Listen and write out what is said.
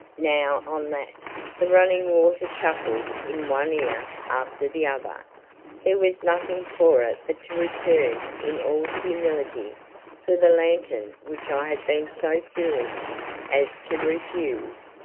now on that the running water chuckled in one ear after the other there was nothing for it but to return in all humility for the lantern which i had been so foolish as to refuse.